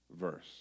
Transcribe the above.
verse